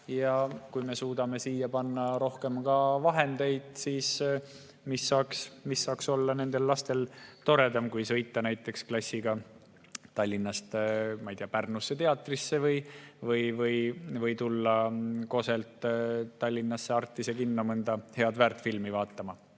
Ja kui me suudame siia panna rohkem vahendeid, siis mis saaks olla nende laste jaoks toredam kui näiteks sõita klassiga Tallinnast Pärnusse teatrisse või tulla Koselt Tallinnasse Artise kinno mõnda head väärtfilmi vaatama.